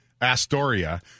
Astoria